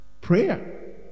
Prayer